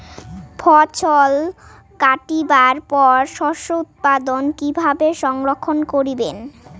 ফছল কাটিবার পর শস্য উৎপাদন কিভাবে সংরক্ষণ করিবেন?